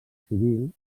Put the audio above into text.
civil